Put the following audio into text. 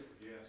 Yes